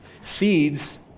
Seeds